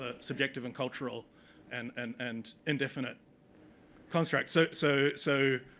ah subjective and cultural and and and indefinite constructs. so so so